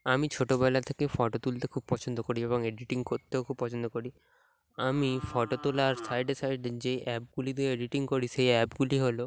আমি ছোটোবেলা থেকে ফটো তুলতে খুব পছন্দ করি এবং এডিটিং করতেও খুব পছন্দ করি আমি ফটো তোলার সাইডে সাইডে যে অ্যাপগুলি দিয়ে এডিটিং করি সেই অ্যাপগুলি হলো